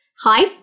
Hi